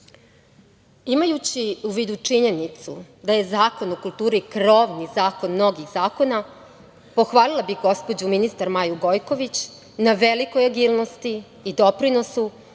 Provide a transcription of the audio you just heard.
kulture. Imajući u vidu činjenicu da je Zakon o kulturi krovni zakon mnogih zakona, pohvalila bih gospođu ministar Maju Gojković, na velikoj agilnosti i doprinosu,